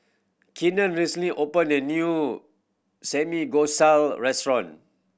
Keenan recently opened a new Samgyeopsal restaurant